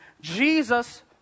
Jesus